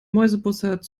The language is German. mäusebussard